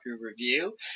review